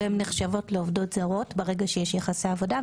ונחשבות עובדות זרות ברגע שיש יחסי עבודה,